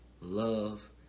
love